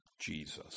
Jesus